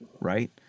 Right